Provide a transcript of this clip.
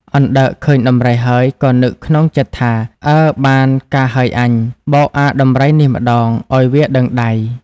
អណ្ដើកឃើញដំរីហើយ ក៏នឹកក្នុងចិត្តថា "អើ បានការហើយអញ! បោកអាដំរីនេះម្តង ឲ្យវាដឹងដៃ"